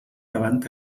davant